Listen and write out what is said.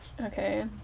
okay